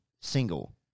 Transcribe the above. single